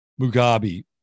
Mugabe